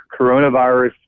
coronavirus